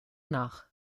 nach